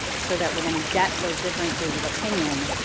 so that we're gonna get those differences of opinion,